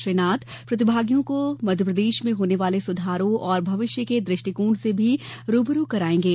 श्री नाथ प्रतिभागियों को मध्यप्रदेश में होने वाले सुधारों और भविष्य के दृष्टिकोण से भी रुबरू करायेंगे